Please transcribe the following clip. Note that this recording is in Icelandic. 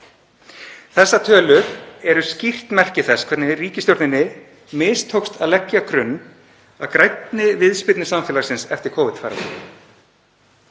Þessar tölur eru skýrt merki þess hvernig ríkisstjórninni mistókst að leggja grunn að grænni viðspyrnu samfélagsins eftir